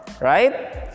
right